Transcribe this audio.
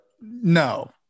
No